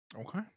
Okay